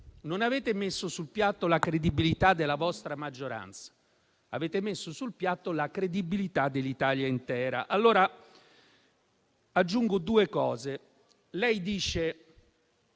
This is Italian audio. non avete messo sul piatto la credibilità della vostra maggioranza, avete messo sul piatto la credibilità dell'Italia intera. Aggiungo due cose. Lei ci